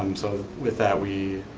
um so, with that, we